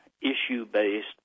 issue-based